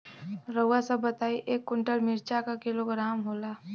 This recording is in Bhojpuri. रउआ सभ बताई एक कुन्टल मिर्चा क किलोग्राम होला?